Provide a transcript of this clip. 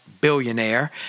billionaire